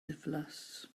ddiflas